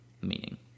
meaning